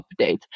update